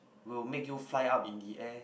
will make you fly up in the air